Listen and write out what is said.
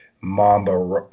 mamba